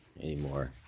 anymore